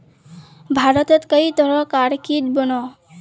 भारतोत कई तरह कार कीट बनोह